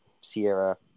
Sierra